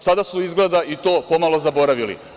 Sada su izgleda i to pomalo zaboravili.